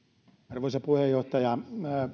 arvoisa puheenjohtaja